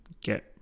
get